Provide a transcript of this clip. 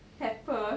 pepper